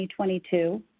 2022